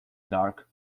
dark